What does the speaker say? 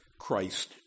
Christ